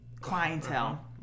clientele